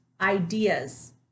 ideas